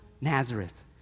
Nazareth